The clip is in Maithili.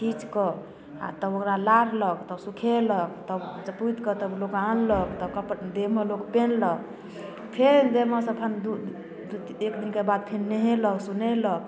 खींच कऽ आ तब ओकरा लाड़लक तब सुखेलक तब चपोत कऽ तब लोक आनलक तब कप देहमे लोक पेहिनलक फेर देहमे सँ अपन दू दू एक दिनके बाद फेन नहेलक सोनेलक